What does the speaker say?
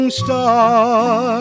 star